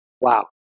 Wow